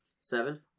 Seven